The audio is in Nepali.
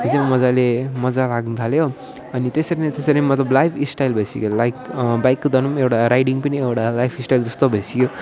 मजाले मजा लाग्नथाल्यो अनि त्यसरी नै त्यसरी मतलब लाइफ स्टाइल भइसक्यो लाइक बाइक कुदाउनु पनि एउटा राइडिङ पनि एउटा लाइफ स्टाइल जस्तो भइसक्यो